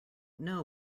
know